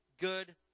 good